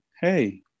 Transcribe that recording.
Hey